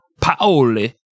Paoli